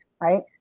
right